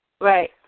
right